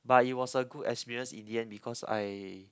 but it was a good experience in the end because I